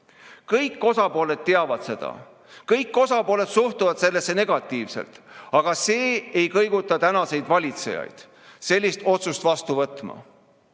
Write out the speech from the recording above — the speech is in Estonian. Kõik osapooled teavad seda, kõik osapooled suhtuvad sellesse negatiivselt, aga see ei kõiguta tänaseid valitsejaid sellist otsust vastu võtmast.